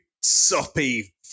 soppy